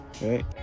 right